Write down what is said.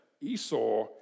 Esau